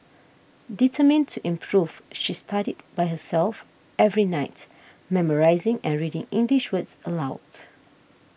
determined to improve she studied by herself every night memorising and reading English words aloud